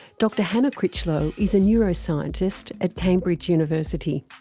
dr hannah critchlow is a neuroscientist at cambridge university.